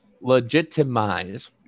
legitimize